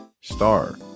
star